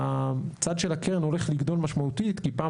הצד של הקרן הולך לגדול משמעותית כי פעם